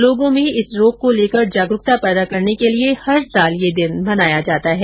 लोगों में इस रोग को लेकर जागरूकता पैदा करने के लिए हर साल यह दिन मनाया जाता है